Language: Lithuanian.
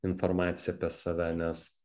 informaciją apie save nes